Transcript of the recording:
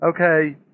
okay